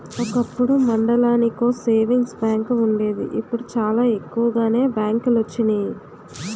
ఒకప్పుడు మండలానికో savings bank వుండేది ఇప్పుడు చాలా ఎక్కువగానే బ్యాంకులొచ్చినియి